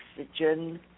oxygen